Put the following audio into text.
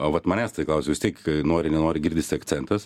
o vat manęs tai kausia vis tiek nori nenori girdisi akcentas